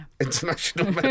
International